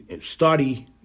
study